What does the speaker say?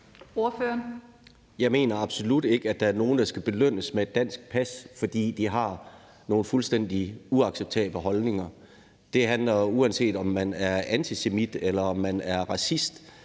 Jeg mener absolut ikke, at der er nogen, der skal belønnes med et dansk pas, fordi de har nogle fuldstændig uacceptable holdninger. Det er, uanset om man er antisemit eller man er racist